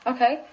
Okay